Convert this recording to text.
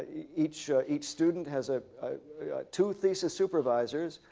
each each student has ah two thesis supervisors,